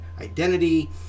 identity